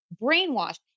brainwashed